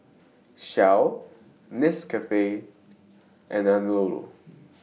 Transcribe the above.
Shell Nescafe and Anello